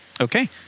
okay